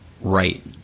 Right